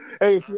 Hey